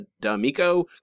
D'Amico